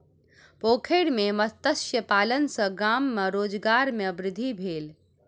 पोखैर में मत्स्य पालन सॅ गाम में रोजगार में वृद्धि भेल